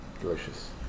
delicious